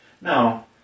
Now